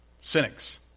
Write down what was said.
Cynics